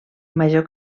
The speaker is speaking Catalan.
major